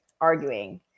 arguing